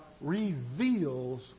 reveals